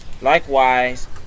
Likewise